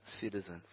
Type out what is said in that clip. citizens